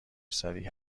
سریع